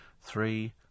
three